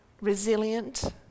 resilient